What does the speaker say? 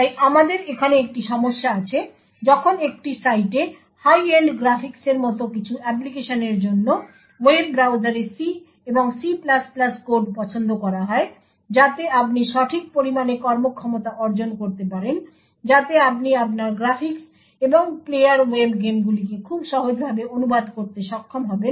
তাই আমাদের এখানে একটি সমস্যা আছে যখন একটি সাইটে হাই এন্ড গ্রাফিক্সের মত কিছু অ্যাপ্লিকেশনের জন্য ওয়েব ব্রাউজারে C এবং C কোড পছন্দ করা হয় যাতে আপনি সঠিক পরিমাণে কর্মক্ষমতা অর্জন করতে পারেন যাতে আপনি আপনার গ্রাফিক্স এবং প্লেয়ার ওয়েব গেমগুলিকে খুব সহজভাবে অনুবাদ করতে সক্ষম হবেন